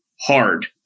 Hard